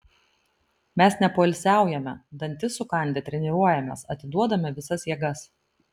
mes nepoilsiaujame dantis sukandę treniruojamės atiduodame visas jėgas